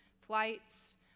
flights